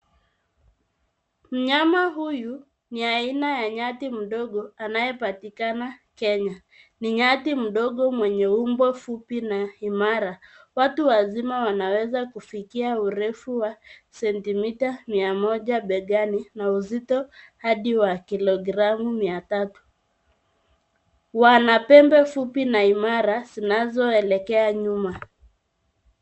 Mnyama huyu ni aina ya nyati mdogo anayepatikana Kenya. Ni nyati mdogo mwenye umbo fupi na imara. Watu wazima wanaweza kufikia urefu wa sentimita mia moja begani na uzito hadi wa kilogramu mia tatu. Wana pembe fupi na imara zinazoelekea nyuma.